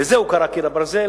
לזה הוא קרא "קיר הברזל"